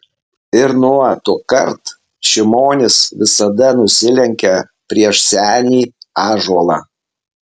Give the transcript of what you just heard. ir nuo tuokart šimonis visada nusilenkia prieš senį ąžuolą